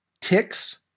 Ticks